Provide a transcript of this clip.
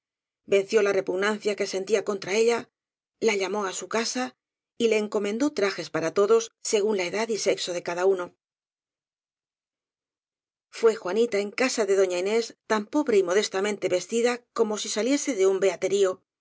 venció la repugnan cia que sentía contra ella la llamó á su casa y le encomendó trajes para todos según la edad y sexo de cada uno fué juanita en casa de doña inés tan pobre y modestamente vestida como si saliese de un